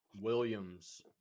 Williams